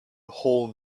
whole